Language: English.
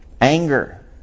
anger